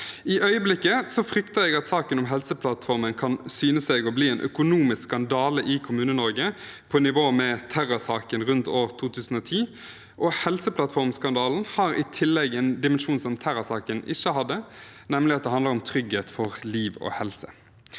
I øyeblikket frykter jeg at saken om Helseplattformen kan syne seg å bli en økonomisk skandale i Kommune-Norge, på nivå med Terrasaken rundt år 2010. Helseplattformskandalen har i tillegg en dimensjon som Terra-saken ikke hadde, nemlig at det handler om trygghet for liv og helse.